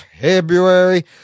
February